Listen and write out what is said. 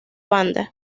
banda